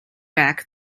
back